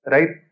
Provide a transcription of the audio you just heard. Right